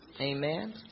Amen